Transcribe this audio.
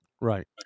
right